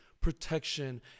protection